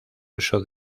uso